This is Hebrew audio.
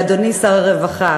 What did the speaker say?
אדוני שר הרווחה,